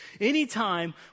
Anytime